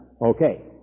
okay